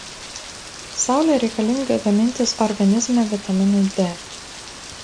saulė reikalinga gamintis organizme vitaminui d